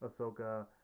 Ahsoka